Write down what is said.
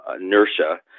inertia